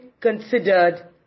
considered